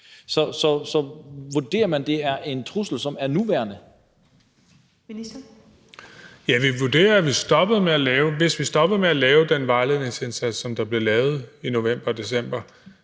Indenrigs- og boligministeren (Kaare Dybvad Bek): Ja, vi vurderer, at hvis vi stoppede med at lave den vejledningsindsats, som der blev lavet i november og december,